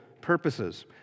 purposes